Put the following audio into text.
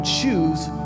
choose